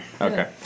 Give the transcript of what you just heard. Okay